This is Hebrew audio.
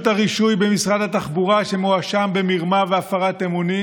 הרישוי במשרד התחבורה שמואשם במרמה והפרת אמונים?